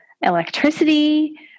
electricity